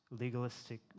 legalistic